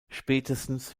spätestens